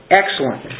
excellent